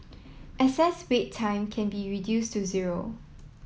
excess Wait Time can be reduced to zero